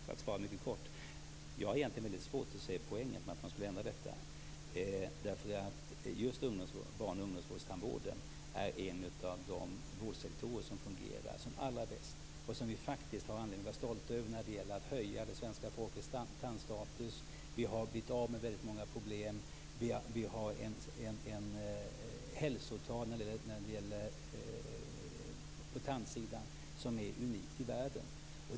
Fru talman! Låt mig svara mycket kort. Jag har väldigt svårt att se poängen med att ändra detta. Just barn och ungdomstandvården är en av de vårdsektorer som fungerar allra bäst och som vi faktiskt har anledning att vara stolta över när det gäller det svenska folkets tandstatus. Vi har blivit av med väldigt många problem och har hälsotal på tandvårdsområdet som är unika i världen.